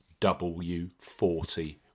W40